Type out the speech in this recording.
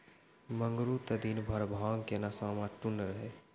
मंगरू त दिनभर भांग के नशा मॅ टुन्न रहै